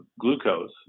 glucose